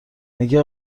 مگه